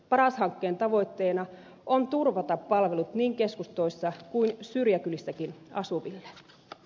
paras hankkeen tavoitteena on turvata palvelut niin keskustoissa kuin syrjäkylissäkin asuville